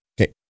Okay